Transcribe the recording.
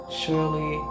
surely